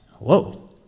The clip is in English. whoa